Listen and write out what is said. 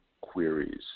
queries